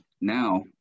now